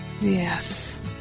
Yes